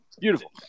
Beautiful